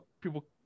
people